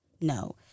no